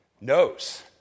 knows